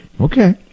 Okay